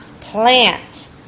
Plant